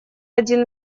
один